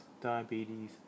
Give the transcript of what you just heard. diabetes